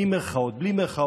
עם מירכאות או בלי מירכאות,